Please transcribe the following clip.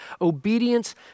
Obedience